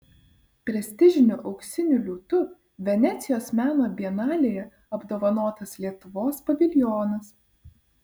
prestižiniu auksiniu liūtu venecijos meno bienalėje apdovanotas lietuvos paviljonas